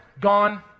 Gone